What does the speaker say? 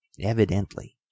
Evidently